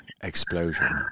explosion